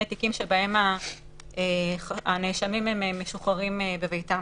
תיקים שבהם הנאשמים משוחררים בביתם.